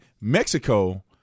Mexico